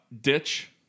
Ditch